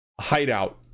hideout